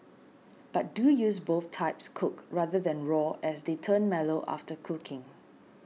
but do use both types cooked rather than raw as they turn mellow after cooking